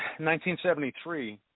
1973